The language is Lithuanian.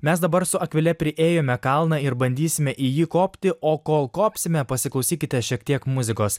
mes dabar su akvile priėjome kalną ir bandysime į jį kopti o kol kopsime pasiklausykite šiek tiek muzikos